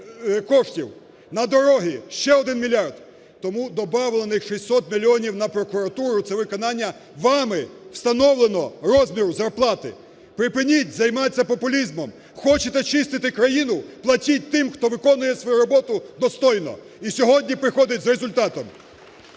На дороги – ще один мільярд. Тому добавлених 600 мільйонів на прокуратуру – це виконання вами встановленого розміру зарплати. Припиніть займатися популізмом! Хочете чистити країну – платіть тим, хто виконує свою роботу достойно і сьогодні приходить з результатом!